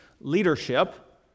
leadership